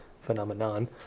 Phenomenon